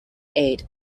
aid